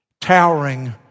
towering